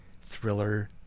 thriller